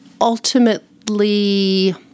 ultimately